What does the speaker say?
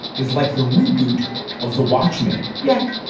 is like the reboot of the watchmen. yeah.